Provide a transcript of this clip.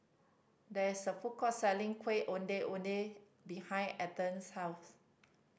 there is a food court selling Ondeh Ondeh behind Ether's house